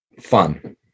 fun